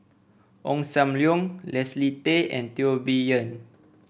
Ong Sam Leong Leslie Tay and Teo Bee Yen